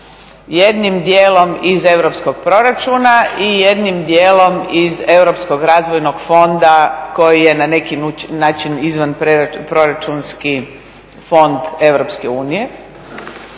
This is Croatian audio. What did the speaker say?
Jednim dijelom iz Europskog proračuna i jednim dijelom iz Europskog razvojnog fonda koji je na neki način izvan proračunski fond EU.